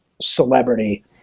celebrity